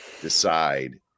decide